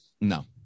no